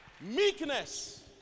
Meekness